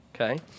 Okay